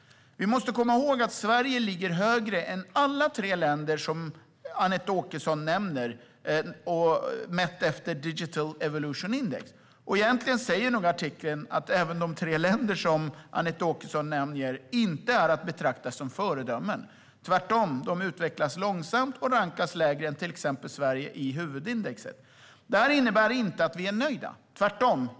Vi måste komma ihåg att Sverige ligger högre i Digital Evolution Index än alla de tre länder Anette Åkesson nämner. Egentligen säger nog artikeln att de tre länder Anette Åkesson nämner inte är att betrakta som föredömen. Tvärtom utvecklas de långsamt och rankas lägre än Sverige i huvudindexet. Det här innebär inte att vi skulle vara nöjda, tvärtom.